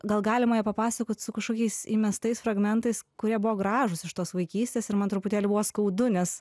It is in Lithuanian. gal galima ją papasakot su kažkokiais įmestais fragmentais kurie buvo gražūs iš tos vaikystės ir man truputėlį buvo skaudu nes